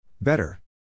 Better